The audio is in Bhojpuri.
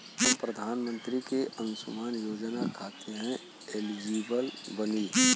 हम प्रधानमंत्री के अंशुमान योजना खाते हैं एलिजिबल बनी?